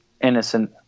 innocent